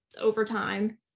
overtime